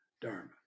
Dharma